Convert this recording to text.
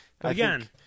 Again